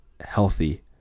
healthy